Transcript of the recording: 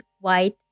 white